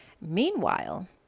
Meanwhile